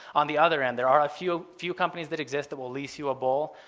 on the other end, there are a few few companies that exist that will lease you a bull,